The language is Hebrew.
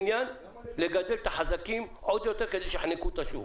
עוד יותר את החזקים כדי שהם יחנקו את השוק.